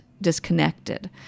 disconnected